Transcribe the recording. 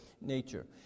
nature